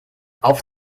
auf